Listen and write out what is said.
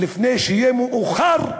לפני שיהיה מאוחר.